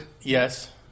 yes